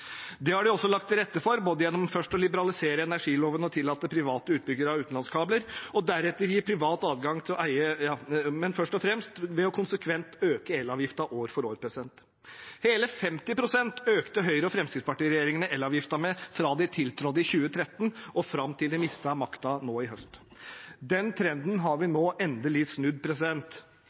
Det har de også lagt til rette for, både gjennom først å liberalisere energiloven og tillate private utbyggere av utenlandskabler, og deretter gi private adgang til å eie, men først og fremst ved konsekvent å øke elavgiften år for år. Hele 50 pst. økte Høyre- og Fremskrittsparti-regjeringene elavgiften med fra de tiltrådte i 2013, og fram til de mistet makten nå i høst. Den trenden har vi nå endelig snudd.